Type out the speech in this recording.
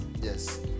Yes